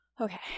okay